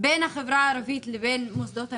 בין החברה הערבית לבין מוסדות המדינה,